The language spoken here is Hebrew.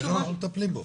איך מטפלים בו?